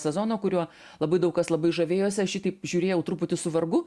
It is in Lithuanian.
sezono kuriuo labai daug kas labai žavėjosi aš jį taip žiūrėjau truputį su vargu